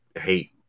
hate